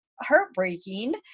heartbreaking